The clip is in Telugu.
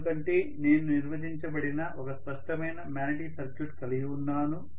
ఎందుకంటే నేను నిర్వచించబడిన ఒక స్పష్టమైన మ్యాగ్నెటిక్ సర్క్యూట్ కలిగి ఉన్నాను